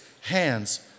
hands